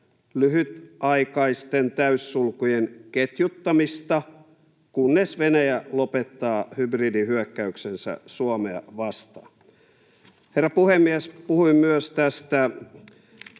lyhytaikaisten täyssulkujen ketjuttamista, kunnes Venäjä lopettaa hybridihyökkäyksensä Suomea vastaan. Herra puhemies! Puhuin myös tästä